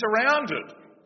surrounded